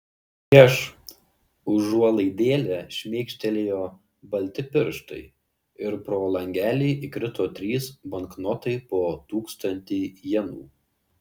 prieš užuolaidėlę šmėkštelėjo balti pirštai ir pro langelį įkrito trys banknotai po tūkstantį jenų